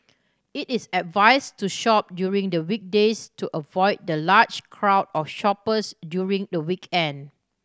it is advise to shop during the weekdays to avoid the large crowd of shoppers during the weekend